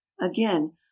again